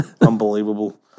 unbelievable